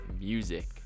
music